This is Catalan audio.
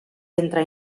entre